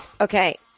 Okay